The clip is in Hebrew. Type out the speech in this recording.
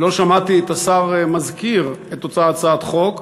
לא שמעתי את השר מזכיר את אותה הצעת חוק.